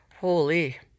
Holy